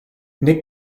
nick